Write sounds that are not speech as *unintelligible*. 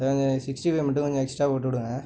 *unintelligible* இந்த sixty five மட்டும் கொஞ்சம் எக்ஸ்ட்ரா போட்டுவிடுங்க